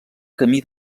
camí